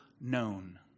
known